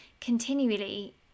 continually